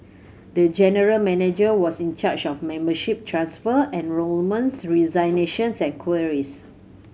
the general manager was in charge of membership transfer enrolments resignations and queries